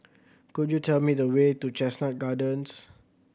could you tell me the way to Chestnut Gardens